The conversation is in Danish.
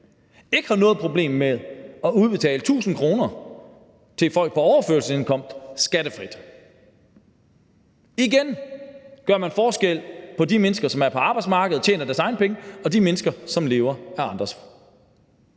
ikke har noget problem med at udbetale 1.000 kr. til folk på overførselsindkomst skattefrit. Igen gør man forskel på de mennesker, som er på arbejdsmarkedet og tjener deres egne penge, og de mennesker, som lever af andres;